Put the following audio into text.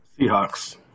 Seahawks